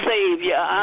Savior